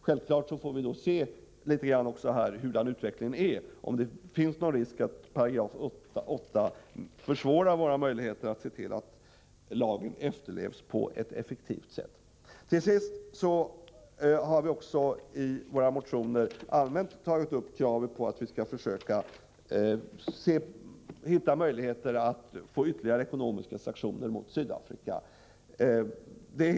Självfallet får vi studera utvecklingen för att se om det finns risk för att 8 § försvårar våra möjligheter att på ett effektivt sätt kontrollera att lagen efterlevs. I våra motioner har vi allmänt tagit upp kravet på att man skall försöka finna möjligheter att åstadkomma ytterligare ekonomiska sanktioner mot Sydafrika.